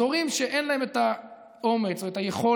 אז הורים שאין להם את האומץ או את היכולת,